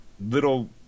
little